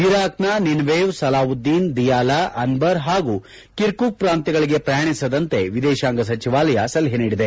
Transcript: ಇರಾಕ್ನ Nineveh Salahuddin Diyala Anbar ಹಾಗೂ Kirkuk ಪ್ರಾಂತ್ಯಗಳಿಗೆ ಪ್ರಯಾಣಿಸದಂತೆ ವಿದೇತಾಂಗ ಸಚಿವಾಲಯ ಸಲಹೆ ನೀಡಿದೆ